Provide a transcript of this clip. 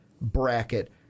bracket